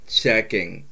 checking